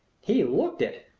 he looked it!